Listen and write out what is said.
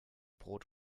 brot